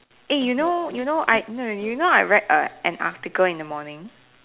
eh you know you know I no no you know I read a an article in the morning